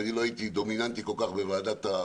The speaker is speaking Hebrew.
אני לא הייתי דומיננטי כל כך בוועדת החוקה,